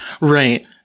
Right